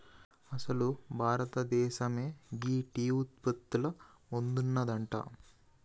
అసలు భారతదేసమే గీ టీ ఉత్పత్తిల ముందున్నదంట